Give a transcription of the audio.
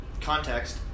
context